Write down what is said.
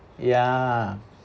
yeah